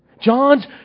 John's